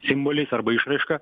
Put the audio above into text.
simboliais arba išraiška